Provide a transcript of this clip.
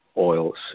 oils